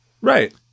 Right